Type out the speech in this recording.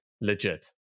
Legit